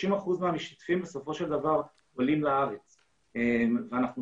30 אחוזים מהמשתתפים בסופו של דבר עולים לארץ וכאן